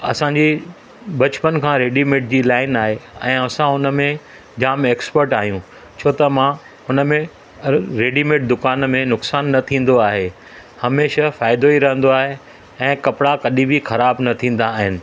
असांजी बचपन खां रेडीमेड जी लाइन आहे ऐं असां हुन में जाम एक्स्पट आहियूं छो त मां हुन में रेडीमेड दुकान में नुक़सानु न थींदो आहे हमेशह फ़ाइदो ई रहंदो आहे ऐं कपिड़ा कडहिं बि ख़राबु न थींदा आहिनि